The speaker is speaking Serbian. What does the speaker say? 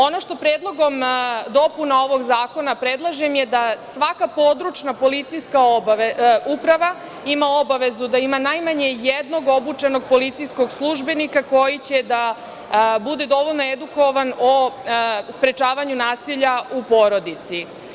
Ono što predlogom dopuna ovog zakona predlažem je da svaka područna policijska uprava ima obavezu da ima najmanje jednog obučenog policijskog službenika koji će da bude dovoljno edukovan o sprečavanju nasilja u porodici.